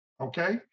Okay